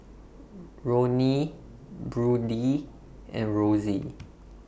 Ronnie Brodie and Rosy